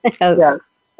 Yes